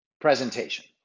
presentation